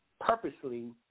purposely